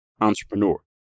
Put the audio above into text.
entrepreneur